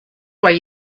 why